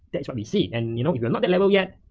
that's what we see and you know you're not that level yet.